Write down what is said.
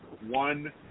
one